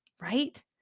right